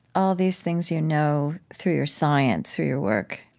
all of these things you know through your science, through your work